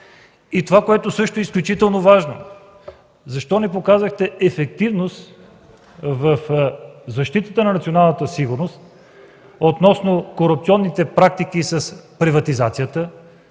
И което е изключително важно – защо не показахте ефективност в защитата на националната сигурност относно корупционните практики с приватизацията?